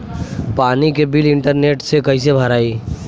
पानी के bill internet से कइसे भराई?